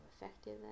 effective